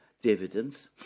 dividends